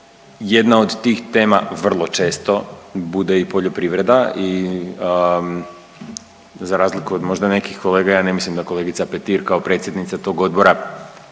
Jedna od tih tema vrlo često bude i poljoprivreda. Za razliku od možda nekih kolega ja ne mislim da kolegica Petir kao predsjednica tog odbora